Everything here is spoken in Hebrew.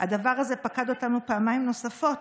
הדבר הזה פקד אותנו פעמים נוספות.